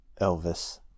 Elvis